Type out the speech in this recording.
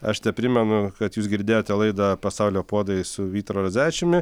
aš teprimenu kad jūs girdėjote laidą pasaulio puodai su vytaru radzevičiumi